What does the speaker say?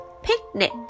Picnic